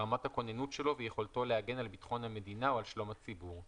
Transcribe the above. רמת הכוננות שלו ויכולתו להגן על ביטחון המדינה או על שלום הציבור.